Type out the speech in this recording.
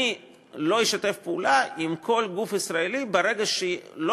אני לא אשתף פעולה עם כל גוף ישראלי ברגע שלא